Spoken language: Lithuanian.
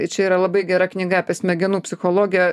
čia yra labai gera knyga apie smegenų psichologiją